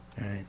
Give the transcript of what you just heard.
right